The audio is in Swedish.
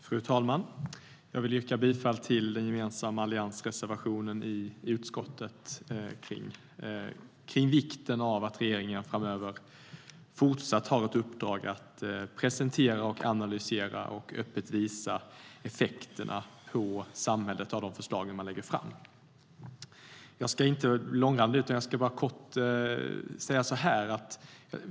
Fru talman! Jag vill yrka bifall till den gemensamma alliansreservationen i utskottets betänkande om vikten av att regeringen framöver fortsatt har ett uppdrag att presentera, analysera och öppet visa effekterna på samhället av de förslag som man lägger fram. Jag ska inte bli långrandig, utan jag ska bara kort säga lite grann.